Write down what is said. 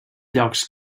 llocs